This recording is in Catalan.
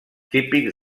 típics